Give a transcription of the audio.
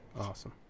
Awesome